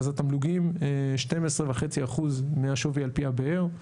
התמלוגים 12.5% מהשווי על פי הבאר.